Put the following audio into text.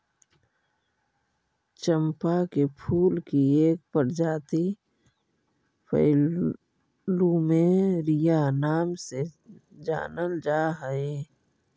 चंपा के फूल की एक प्रजाति प्लूमेरिया नाम से जानल जा हई